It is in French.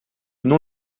nom